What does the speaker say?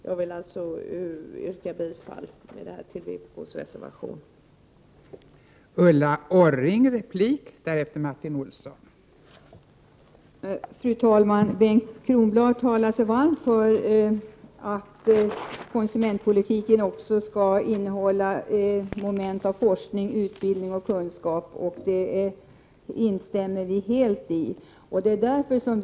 Jag vill alltså yrka bifall till vpk:s reservation nr 4.